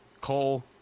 Cole